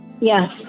Yes